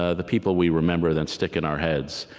ah the people we remember then stick in our heads.